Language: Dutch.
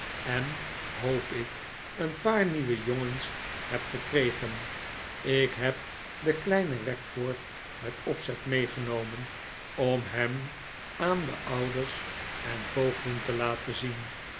en hoop ik een paar nieuwe jongens heb gekregen ik heb den kleinen wackford met opzet meegenomen om hem aan de ouders en voogden te laten zien